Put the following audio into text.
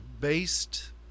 based